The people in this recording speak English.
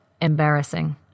embarrassing